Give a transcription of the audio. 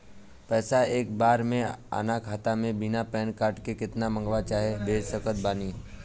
पैसा एक बार मे आना खाता मे बिना पैन कार्ड के केतना मँगवा चाहे भेज सकत बानी?